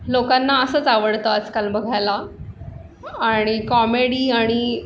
लोकांना असंच आवडतं आजकाल बघायला आणि कॉमेडी आणि